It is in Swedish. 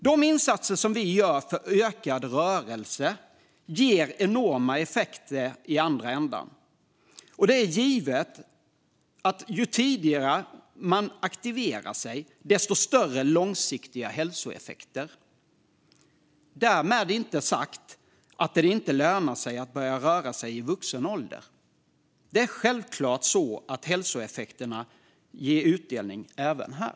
De insatser som vi gör för ökad rörelse ger enorma effekter i andra ändan, och det är givet att ju tidigare man aktiverar sig, desto större blir de långsiktiga hälsoeffekterna. Därmed är det inte sagt att det inte lönar sig att börja röra sig i vuxen ålder. Det är självklart att hälsoeffekterna ger utdelning även här.